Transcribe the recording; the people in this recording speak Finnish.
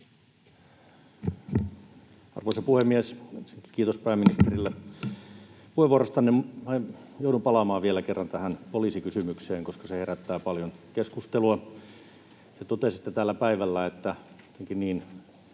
Arvoisa puhemies! Kiitos, pääministeri, puheenvuorostanne. Joudun palaamaan vielä kerran tähän poliisikysymykseen, koska se herättää paljon keskustelua. Kun te totesitte täällä päivällä jotenkin